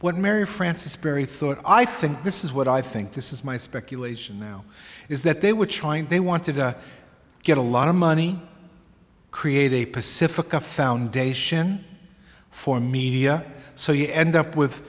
what mary frances berry thought i think this is what i think this is my speculation now is that they were trying they wanted to get a lot of money create a pacifica foundation for media so you end up with